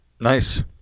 Nice